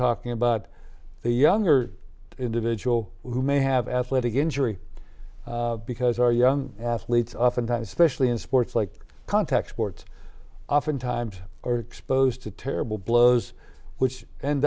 talking about the younger individual who may have athletic injury because our young athletes oftentimes especially in sports like contact sports oftentimes are exposed to terrible blows which end